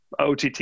OTT